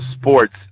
sports